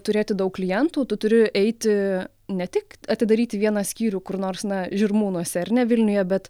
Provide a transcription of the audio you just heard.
turėti daug klientų tu turi eiti ne tik atidaryti vieną skyrių kur nors na žirmūnuose ar ne vilniuje bet